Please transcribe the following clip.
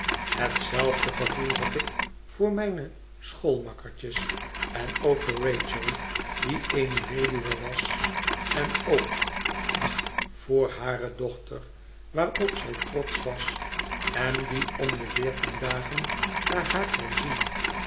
hetzelfde gevoel had ik voor mijne schoolmakkertjes en ook voor rachel die eene weduwe was en ook ach voor hare dochter waarop zij trotsch was en die om de veertien dagen naar haar kwam zien